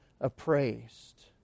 appraised